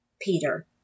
Peter